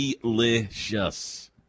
Delicious